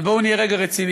אבל בואו נהיה רגע רציניים.